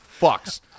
fucks